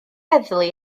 heddlu